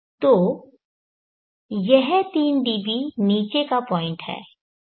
तो यह 3dB नीचे का पॉइंट है